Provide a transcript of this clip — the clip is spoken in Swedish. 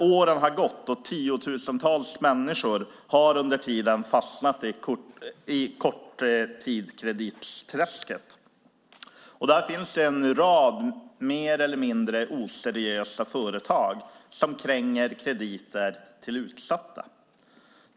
Åren har gått och tiotusentals människor har under tiden hamnat i korttidskreditträsket. Där finns en rad mer eller mindre oseriösa företag som kränger krediter till utsatta.